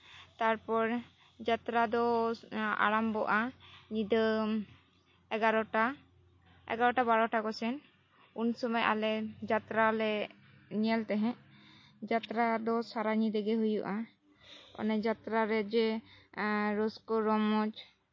ᱛᱟᱨᱯᱚᱨ ᱡᱟᱛᱨᱟ ᱫᱚ ᱟᱨᱟᱢᱵᱷᱚᱜᱼᱟ ᱧᱤᱫᱟᱹ ᱮᱜᱟᱨᱳᱴᱟ ᱮᱜᱟᱨᱳᱴᱟ ᱵᱟᱨᱚᱴᱟ ᱠᱚᱥᱮᱱ ᱩᱱᱥᱚᱢᱚᱭ ᱟᱞᱮ ᱡᱟᱛᱨᱟᱞᱮ ᱧᱮᱞ ᱛᱟᱦᱮᱸᱫ ᱡᱟᱛᱨᱟ ᱫᱚ ᱥᱟᱨᱟ ᱧᱤᱫᱟᱹ ᱜᱮ ᱦᱩᱭᱩᱜᱼᱟ ᱚᱱᱮ ᱡᱟᱛᱨᱟ ᱨᱮ ᱡᱮ ᱟᱨ ᱨᱟᱹᱥᱠᱟᱹ ᱨᱚᱢᱚᱡᱽ